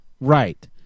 Right